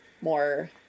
more